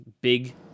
big